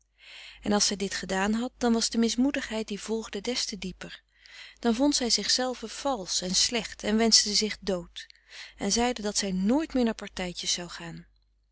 en als zij dit gedaan had dan was de mismoedigheid die volgde des te dieper dan vond zij zichzelve valsch en slecht en wenschte zich dood en zeide dat zij nooit meer naar partijtjes zou gaan